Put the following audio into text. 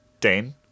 Dane